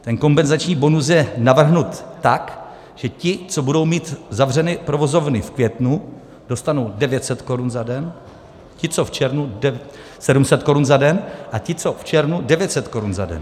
Ten kompenzační bonus je navržen tak, že ti, co budou mít zavřeny provozovny v květnu, dostanou 900 (?) korun za den, ti, co v červnu (?), 700 korun za den a ti, co v červnu (?), 900 korun za den.